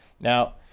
now